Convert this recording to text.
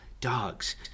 dogs